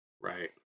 right